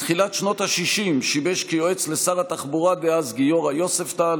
בתחילת שנות השישים שימש כיועץ לשר התחבורה דאז גיורא יוספטל,